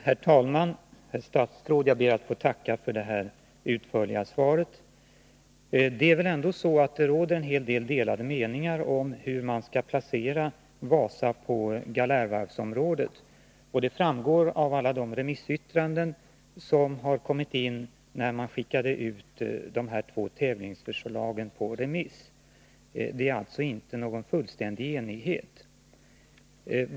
Herr talman! Herr statsråd, jag ber att få tacka för det utförliga svaret. Det är väl ändå så att det råder delade meningar om hur man skall placera Wasa på Galärvarvsområdet. Det framgår av alla de remissyttranden som har kommit in sedan de två tävlingsförslagen skickats ut på remiss. Det råder alltså inte någon fullständig enighet.